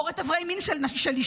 כורת אברי מין של אישה?